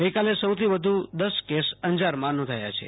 ગઈકાલે સૌથી વધુ દસ કેસ અંજારમાં નોંધાયા છે